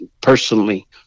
personally